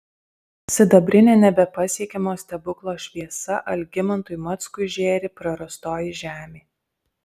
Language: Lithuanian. sidabrine nebepasiekiamo stebuklo šviesa algimantui mackui žėri prarastoji žemė